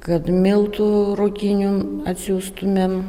kad miltų ruginių atsiųstumėm